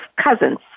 cousins